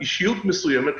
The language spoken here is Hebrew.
אישיות מסוימת,